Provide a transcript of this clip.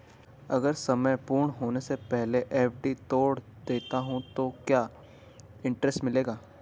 अगर समय पूर्ण होने से पहले एफ.डी तोड़ देता हूँ तो क्या इंट्रेस्ट मिलेगा?